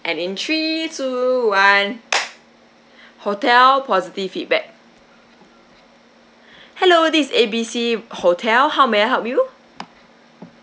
and in three two one hotel positive feedback hello this is A B C hotel how may I help you